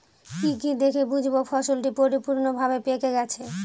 কি কি দেখে বুঝব ফসলটি পরিপূর্ণভাবে পেকে গেছে?